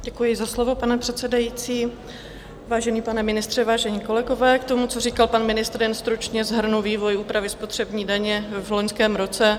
Děkuji za slovo, pane předsedající, vážený pane ministře, vážení kolegové, k tomu, co říkal pan ministr, jen stručně shrnu vývoj úpravy spotřební daně v loňském roce.